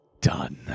done